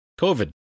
COVID